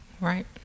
Right